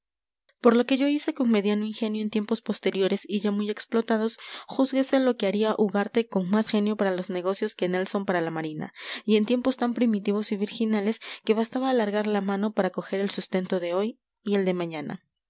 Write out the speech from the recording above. por lo que yo hice con mediano ingenio en tiempos posteriores y ya muy explotados júzguese lo que haría ugarte con más genio para los negocios que nelson para la marina y en tiempos tan primitivos y virginales que bastaba alargar la mano para coger el sustento de hoy y el de mañana